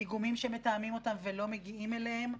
דיגומים שמתאמים אותם ולא מגיעים אליהם.